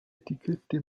etichette